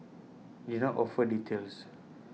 he did not offer details